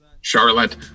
Charlotte